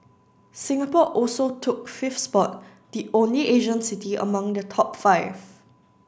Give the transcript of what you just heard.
Singapore also took fifth spot the only Asian city among the top five